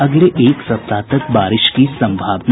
अगले एक सप्ताह तक बारिश की सम्भावना